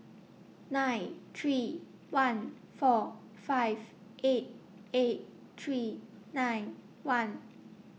nine three one four five eight eight three nine one